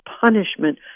punishment